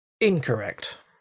Incorrect